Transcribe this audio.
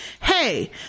Hey